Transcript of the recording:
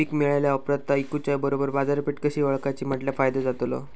पीक मिळाल्या ऑप्रात ता इकुच्या बरोबर बाजारपेठ कशी ओळखाची म्हटल्या फायदो जातलो?